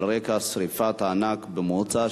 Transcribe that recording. על רקע שרפת הענק במוצא,